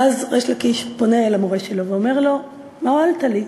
ואז ריש לקיש פונה אל המורה שלו ואומר לו: "אהנת לי?"